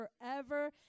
forever